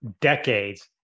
decades